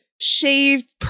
shaved